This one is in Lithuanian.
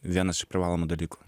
vienas iš privalomų dalykų